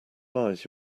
lies